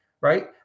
right